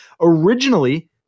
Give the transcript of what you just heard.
originally